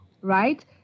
right